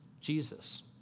Jesus